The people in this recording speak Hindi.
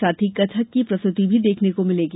साथ ही कथक की प्रस्तुति भी देखने को मिलेगी